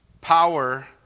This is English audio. power